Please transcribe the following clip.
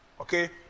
Okay